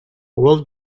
уол